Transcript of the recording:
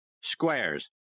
Squares